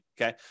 Okay